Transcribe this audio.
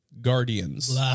Guardians